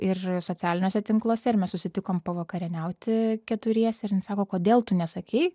ir socialiniuose tinkluose ir mes susitikom pavakarieniauti keturiese ir jinai sako kodėl tu nesakei